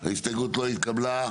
0 ההסתייגות לא התקבלה.